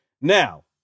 Now